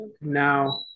now